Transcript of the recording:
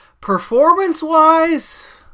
Performance-wise